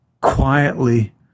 quietly